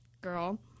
girl